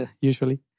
usually